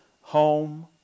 home